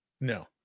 no